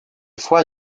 foi